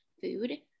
food